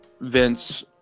Vince